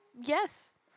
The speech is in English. yes